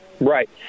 right